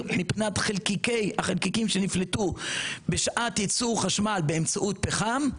מבחינת החלקיקים שנפלטו בשעת יצור חשמל באמצעות פחם,